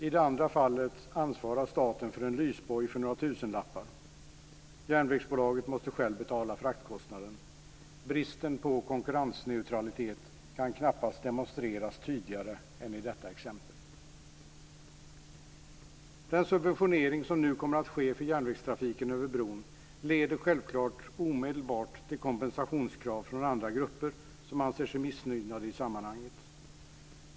I det andra fallet ansvarar staten för en lysboj för några tusenlappar. Järnvägsbolaget måste själv betala själva fraktkostnaden. Bristen på konkurrensneutralitet kan knappast demonstreras tydligare än i detta exempel. Den subventionering som nu kommer att ske av järnvägstrafiken på bron leder självklart omedelbart till kompensationskrav från andra grupper, som anser sig missgynnade i sammanhanget.